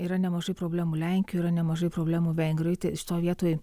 yra nemažai problemų lenkijoj yra nemažai problemų vengrijoj šitoj vietoj